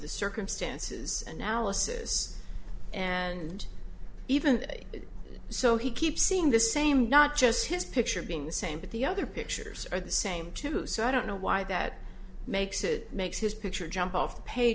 the circumstances analysis and even so he keeps seeing the same not just his picture being the same but the other pictures are the same too so i don't know why that makes it makes his picture jump off